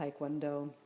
Taekwondo